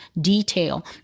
detail